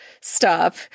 stop